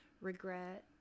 regret